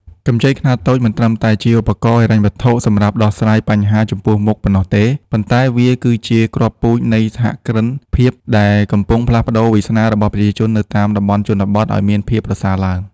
កម្ចីខ្នាតតូចមិនត្រឹមតែជាឧបករណ៍ហិរញ្ញវត្ថុសម្រាប់ដោះស្រាយបញ្ហាចំពោះមុខប៉ុណ្ណោះទេ ប៉ុន្តែវាគឺជាគ្រាប់ពូជនៃសហគ្រិនភាពដែលកំពុងផ្លាស់ប្តូរវាសនារបស់ប្រជាជននៅតាមតំបន់ជនបទឱ្យមានភាពប្រសើរឡើង។